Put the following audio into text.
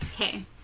okay